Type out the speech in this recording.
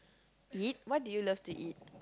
eat what do you love to eat